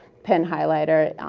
pen highlighter,